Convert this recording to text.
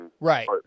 right